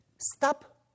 stop